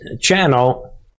channel